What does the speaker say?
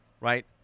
right